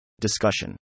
Discussion